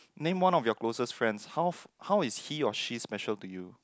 named one of your closer friends how how is he or she special to you